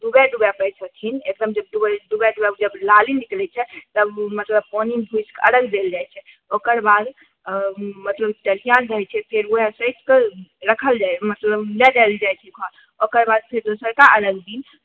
डुबै डुबै पर छथिन एकदम जब डुबै डुबै डुबै जब लाली निकलै छै तब ओ मतलब पानिमे घुसिके अर्घ्य देल जाइ छै ओकर बाद मतलब फेर ओहै सैंत कऽ राखल जाइ मतलब लए जायल जाइ छै घाट ओकर बाद फिर दोसरका अर्घ्य दिन